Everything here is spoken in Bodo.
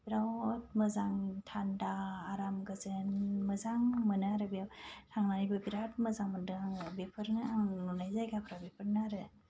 बिरात मोजां थान्दा आराम गोजोन मोजां मोनो आरो बेयाव थांनानैबो बिरात मोजां मोन्दों आङो बेफोरनो आं नुनाय जायगा बेफोरनो आरो